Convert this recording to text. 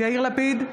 יאיר לפיד,